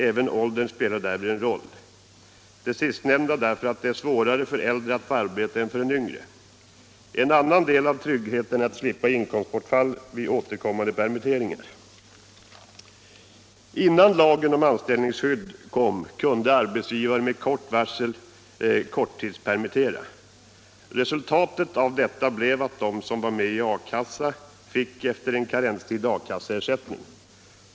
Även åldern spelar därvid en roll, detta därför att det är svårare för äldre än för yngre att få arbete. En annan del av tryggheten är att slippa inkomstbortfall vid återkommande permitteringar. Innan lagen om anställningsskydd kom till kunde arbetsgivare med kort varsel korttidspermittera. Resultatet härav blev att de som var med i a-kassa efter en karenstid fick a-kasseersättning.